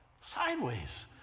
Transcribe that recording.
sideways